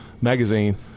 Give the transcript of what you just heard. magazine